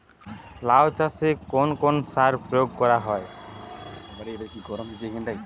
লাউ চাষে কোন কোন সার প্রয়োগ করা হয়?